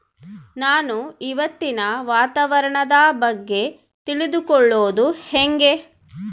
ನಾನು ಇವತ್ತಿನ ವಾತಾವರಣದ ಬಗ್ಗೆ ತಿಳಿದುಕೊಳ್ಳೋದು ಹೆಂಗೆ?